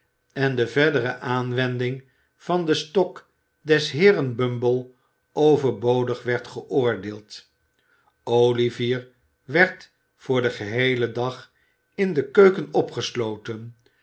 en de verdere aanwending van den stok des heeren bumble overbodig werd geoordeeld olivier werd voor den geheelen dag in de keuken opgesloten